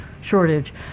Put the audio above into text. shortage